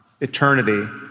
eternity